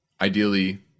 ideally